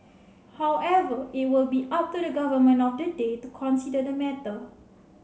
however it will be up to the government of the day to consider the matter